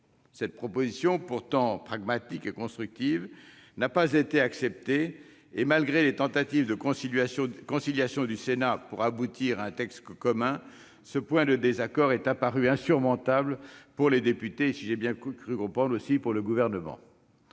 Cette proposition, pourtant pragmatique et constructive, n'a pas été acceptée. Malgré les tentatives de conciliation du Sénat pour aboutir à un texte commun, ce point de désaccord est apparu insurmontable aux députés et, si j'ai bien compris, au Gouvernement.